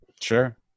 sure